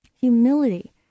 humility